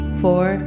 four